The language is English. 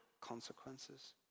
consequences